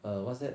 err what's that